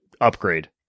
upgrade